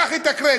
קח את הקרדיט,